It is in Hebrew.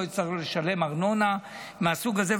והציבור לא יצטרך לשלם ארנונה מהסוג הזה.